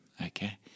Okay